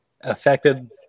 affected